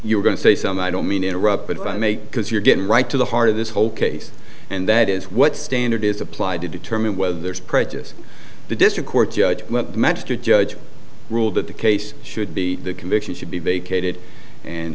you're going to say something i don't mean to interrupt but if i make because you're getting right to the heart of this whole case and that is what standard is applied to determine whether there's prejudice the district court judge magistrate judge ruled that the case should be the conviction should be vacated and